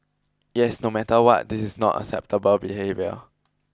yes no matter what this is not acceptable behaviour